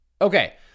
Okay